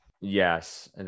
Yes